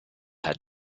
had